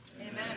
Amen